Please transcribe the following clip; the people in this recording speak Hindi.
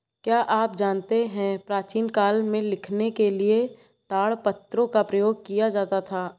क्या आप जानते है प्राचीन काल में लिखने के लिए ताड़पत्रों का प्रयोग किया जाता था?